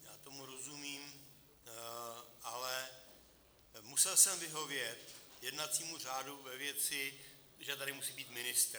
Já tomu rozumím, ale musel jsem vyhovět jednacímu řádu ve věci, že tady musí být ministr.